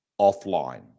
offline